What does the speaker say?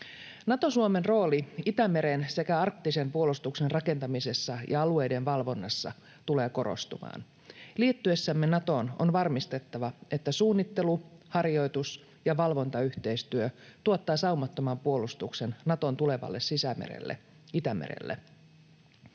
Nato-Suomen rooli Itämeren sekä arktisen puolustuksen rakentamisessa ja alueiden valvonnassa tulee korostumaan. Liittyessämme Natoon on varmistettava, että suunnittelu, harjoitus ja valvontayhteistyö tuottaa saumattoman puolustuksen Naton tulevalle sisämerelle, Itämerelle.